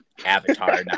avatar